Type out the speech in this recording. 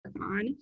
on